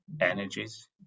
energies